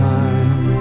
time